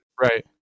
Right